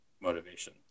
motivation